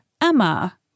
Emma